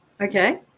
okay